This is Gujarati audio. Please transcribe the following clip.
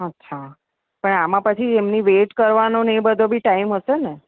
અચ્છા પણ આમા પછી એમની વેટ કરવાનું ને એ બધો ટાઇમ હશેને